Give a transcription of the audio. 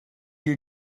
you